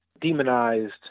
demonized